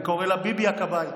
אני קורא לה "ביבי הכבאי".